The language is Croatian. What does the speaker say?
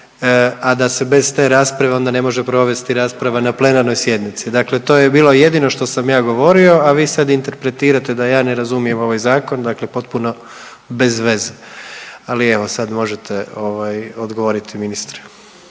a da se bez te rasprave onda ne može provesti rasprava na plenarnoj sjednici, dakle to je bilo jedino što sam ja govorio, a vi sad interpretirate da ja ne razumijem ovaj zakon, dakle potpuno bez veze, ali evo sad možete ovaj odgovoriti ministre.